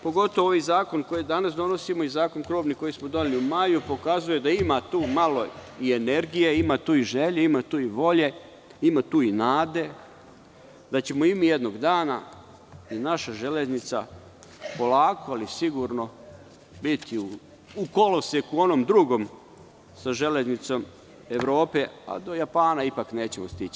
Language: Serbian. Pogotovo ovaj zakon koji danas donosimo i krovni zakon koji smo doneli u maju pokazuje da ima tu malo i energije, ima tu i želje i volje, ima tu i nade da ćemo i mi jednog dana i naša železnica polako, ali sigurno, biti u koloseku onom drugom, sa železnicom Evrope, a do Japana ipak nećemo stići.